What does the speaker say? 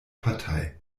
partei